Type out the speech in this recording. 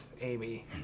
Amy